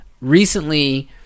recently